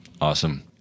Awesome